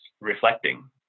reflecting